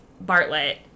Bartlett